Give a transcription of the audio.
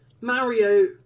Mario